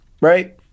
right